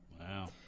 Wow